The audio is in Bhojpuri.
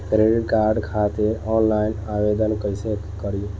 क्रेडिट कार्ड खातिर आनलाइन आवेदन कइसे करि?